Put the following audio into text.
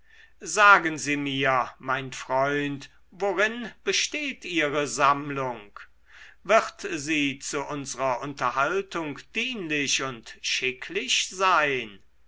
sagen sie mir mein freund worin besteht ihre sammlung wird sie zu unsrer unterhaltung dienlich und schicklich sein